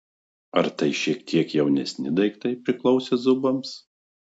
ar tai šiek tiek jaunesni daiktai priklausę zubams